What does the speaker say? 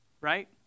right